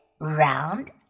round